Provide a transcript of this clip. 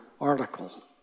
article